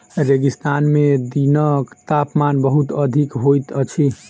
रेगिस्तान में दिनक तापमान बहुत अधिक होइत अछि